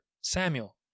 Samuel